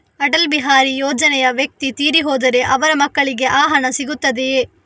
ಅಟಲ್ ಬಿಹಾರಿ ಯೋಜನೆಯ ವ್ಯಕ್ತಿ ತೀರಿ ಹೋದರೆ ಅವರ ಮಕ್ಕಳಿಗೆ ಆ ಹಣ ಸಿಗುತ್ತದೆಯೇ?